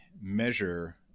measure